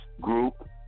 group